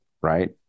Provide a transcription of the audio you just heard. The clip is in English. Right